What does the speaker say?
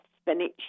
spinach